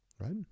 right